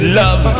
love